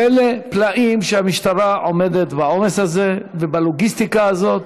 פלא פלאים שהמשטרה עומדת בעומס הזה ובלוגיסטיקה הזאת.